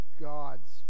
God's